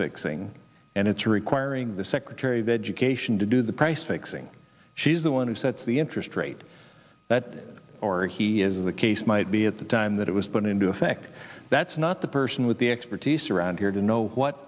fixing and it's requiring the secretary of education to do the price fixing she's the one who sets the interest rate that or he is the case might be at the time that it was put into effect that's not the person with the expertise around here to know what